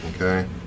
Okay